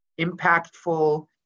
impactful